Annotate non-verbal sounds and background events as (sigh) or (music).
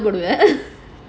முடியும்:mudiyum (laughs)